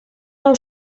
nou